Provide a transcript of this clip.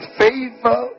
favor